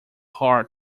hard